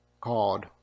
called